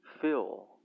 feel